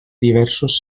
diversos